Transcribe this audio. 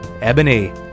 Ebony